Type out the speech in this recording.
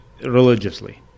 Religiously